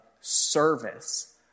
service